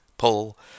Pull